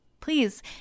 Please